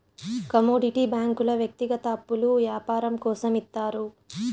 commodity బ్యాంకుల వ్యక్తిగత అప్పులు యాపారం కోసం ఇత్తారు